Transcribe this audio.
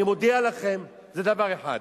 אני מודיע לכם, זה דבר אחד.